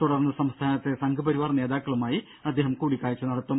തുടർന്ന് സംസ്ഥാനത്തെ സംഘ്പരിവാർ നേതാക്കളുമായി അദ്ദേഹം കൂടിക്കാഴ്ച നടത്തും